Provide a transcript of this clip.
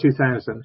2000